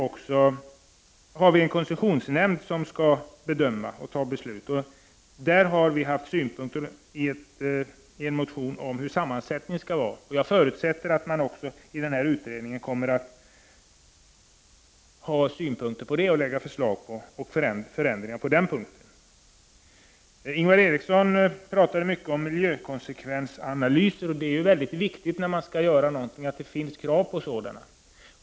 Vi har i en motion framfört synpunkter på koncessionsnämndens sammansättning. Jag förutsätter att man i utredningen också kommer att ta upp det och lägga fram förslag till förändringar. Ingvar Eriksson pratade mycket om miljökonsekvensanalyser. Det är viktigt att det finns krav på sådana.